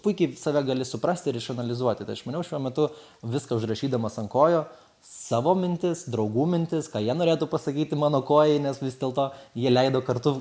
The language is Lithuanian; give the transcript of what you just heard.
puikiai save gali suprasti ir išanalizuoti tai aš maniau šiuo metu viską užrašydamas ant kojų savo mintis draugų mintis ką jie norėtų pasakyti mano kojai nes vis dėlto jie leido kartu